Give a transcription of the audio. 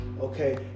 okay